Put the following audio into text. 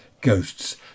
ghosts